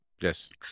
Yes